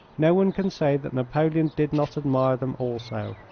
no one can say that napoleon did not admire them also,